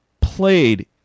played